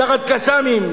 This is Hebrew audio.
תחת "קסאמים",